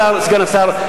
סגן השר,